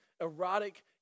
erotic